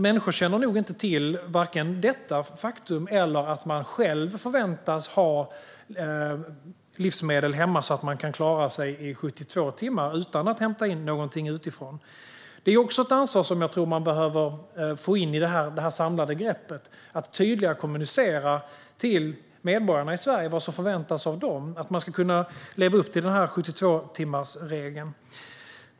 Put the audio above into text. Människor känner nog inte till vare sig detta faktum eller att man själv förväntas ha livsmedel hemma så att man kan klara sig i 72 timmar utan att hämta in någonting utifrån. Det är också ett ansvar som jag tror att vi behöver få in i det här samlade greppet: att tydligare kommunicera till medborgarna i Sverige vad som förväntas av dem och att man ska kunna leva upp till 72-timmarsregeln.